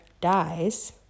dies